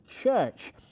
church